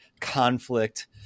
conflict